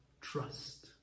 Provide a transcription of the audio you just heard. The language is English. trust